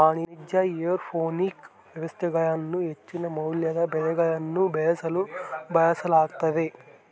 ವಾಣಿಜ್ಯ ಏರೋಪೋನಿಕ್ ವ್ಯವಸ್ಥೆಗಳನ್ನು ಹೆಚ್ಚಿನ ಮೌಲ್ಯದ ಬೆಳೆಗಳನ್ನು ಬೆಳೆಸಲು ಬಳಸಲಾಗ್ತತೆ